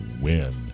win